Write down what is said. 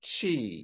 chi